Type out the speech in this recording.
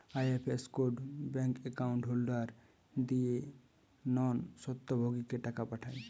IFS code bank account holder দিয়ে non স্বত্বভোগীকে টাকা পাঠায়